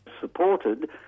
supported